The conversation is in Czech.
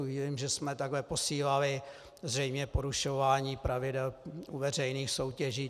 Vím, že jsme takhle posílali zřejmě porušování pravidel u veřejných soutěží...